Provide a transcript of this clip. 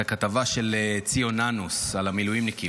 הכתבה של ציון נאנוס על המילואימניקים.